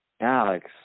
Alex